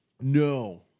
No